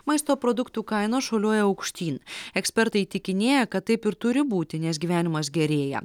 maisto produktų kainos šuoliuoja aukštyn ekspertai įtikinėja kad taip ir turi būti nes gyvenimas gerėja